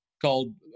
Called